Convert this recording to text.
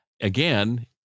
again